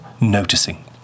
noticing